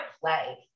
play